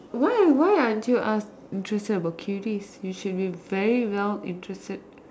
why aren't why aren't you interested about cuties you should be very well interested